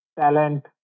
talent